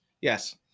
Yes